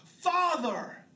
Father